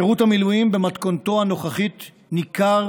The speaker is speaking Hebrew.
שירות המילואים במתכונתו הנוכחית ניכר